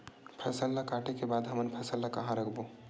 फसल ला काटे के बाद हमन फसल ल कहां रखबो?